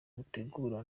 gutegura